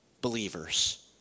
believers